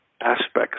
aspects